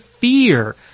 fear